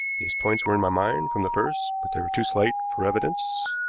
these points were in my mind from the first, but they were too slight for evidence.